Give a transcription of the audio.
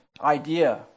idea